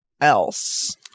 else